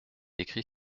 écrit